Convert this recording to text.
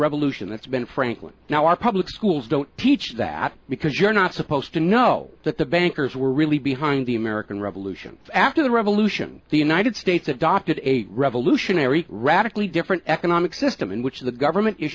revolution that's been franklin now our public schools don't teach that because you're not supposed to know that the bankers were really behind the american revolution after the revolution the united states adopted a revolutionary radically different economic system in which the government